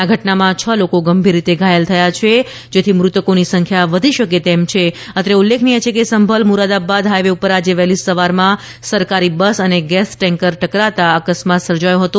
આ ઘટનામાં છ લોકો ગંભીર રીતે ઘાયલ થયા છે જેથી મૃતકોની સંખ્યા વધી શકે એમ છ અત્રે ઉલ્લેખનીય છે કે સંભલ મુરાદાબાદ હાઈવે પર આજે વહેલી સવારમાં સરકારી બસ અને ગેસ ટેન્કર ટકરાતા આ અકસ્માત સર્જાયો હતો